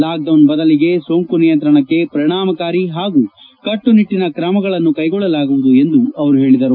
lockdown ಬದಲಿಗೆ ಸೋಂಕು ನಿಯಂತ್ರಣಕ್ಕೆ ಪರಿಣಾಮಕಾರಿ ಹಾಗೂ ಕಟ್ಟುನಿಟ್ಟಿನ ಕ್ರಮಗಳನ್ನು ಕೈಗೊಳ್ಳಲಾಗುವುದು ಎಂದು ಅವರು ಹೇಳಿದರು